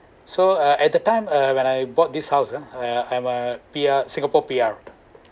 so uh at the time uh when I bought this house ah uh I'm a P_R singapore P_R